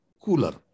cooler